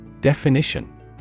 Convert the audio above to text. Definition